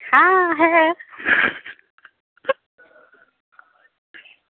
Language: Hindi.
हाँ